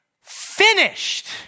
finished